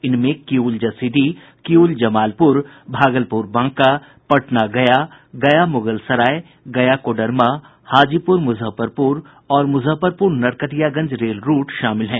इनमें किऊल जसीडीह किऊल जमालपुर भागलपुर बांका पटना गया गया मुगलसराय गया कोडरमा हाजीपुर मुजफ्फरपुर और Muzaffarpur Narkatiaganj rail route शामिल हैं